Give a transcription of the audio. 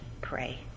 pray